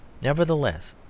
nevertheless,